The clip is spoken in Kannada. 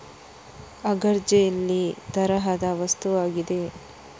ಅಗರ್ಜೆಲ್ಲಿ ತರಹದ ವಸ್ತುವಾಗಿದೆ